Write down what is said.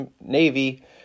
Navy